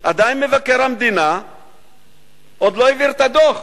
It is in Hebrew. לא העביר את הדוח.